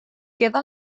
queda